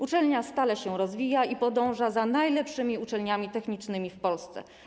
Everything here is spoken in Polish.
Uczelnia stale się rozwija i podąża za najlepszymi uczelniami technicznymi w Polsce.